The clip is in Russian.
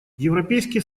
европейский